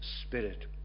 spirit